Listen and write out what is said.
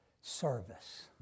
service